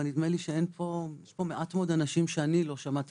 אבל נדמה לי שיש פה מעט מאוד אנשים שאני לא שמעתי